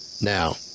Now